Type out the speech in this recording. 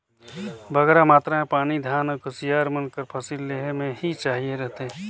बगरा मातरा में पानी धान अउ कुसियार मन कर फसिल लेहे में ही चाहिए रहथे